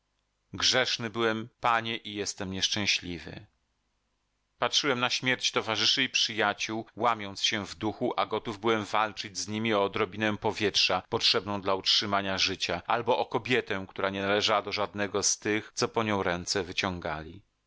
grzeszny byłem panie i jestem nieszczęśliwy patrzyłem na śmierć towarzyszy i przyjaciół łamiąc się w duchu a gotów byłem walczyć z nimi o odrobinę powietrza potrzebną dla utrzymania życia albo o kobietę która nie należała do żadnego z tych co po nią ręce wyciągali